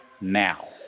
now